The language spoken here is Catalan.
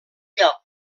lloc